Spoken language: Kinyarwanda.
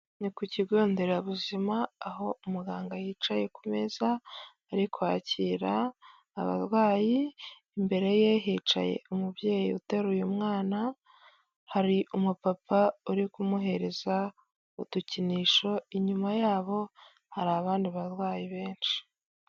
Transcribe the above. Ni ku kigo nderabuzima aho umuganga yicaye ku meza, ari kwakira abarwayi imbere ye hicaye umubyeyi uteruye mwana, hari umupapa uri kumuhereza udukinisho inyuma yabo hari abandi barwayi benshi.